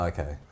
Okay